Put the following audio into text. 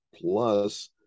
plus